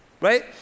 right